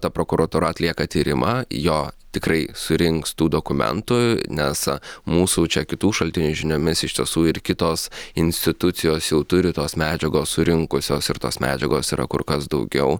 ta prokuratūra atlieka tyrimą jo tikrai surinks tų dokumentų nes mūsų čia kitų šaltinių žiniomis iš tiesų ir kitos institucijos jau turi tos medžiagos surinkusios ir tos medžiagos yra kur kas daugiau